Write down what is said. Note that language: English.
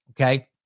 okay